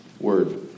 word